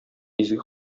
изге